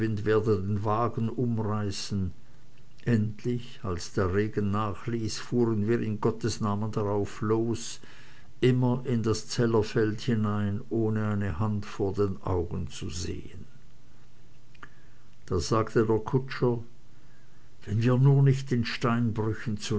wagen umreißen endlich als der regen nachließ fahren wir in gottes namen darauf los immer in das zellerfeld hinein ohne eine hand vor den augen zu sehen da sagte der kutscher wenn wir nur nicht den steinbrüchen